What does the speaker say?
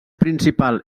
principal